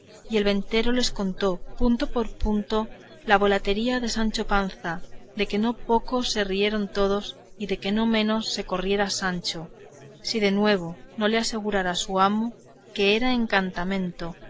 y el ventero lo contó punto por punto la volatería de sancho panza de que no poco se rieron todos y de que no menos se corriera sancho si de nuevo no le asegurara su amo que era encantamento